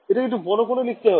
এটাকে একটু বড় করে লিখতে হবে